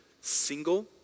single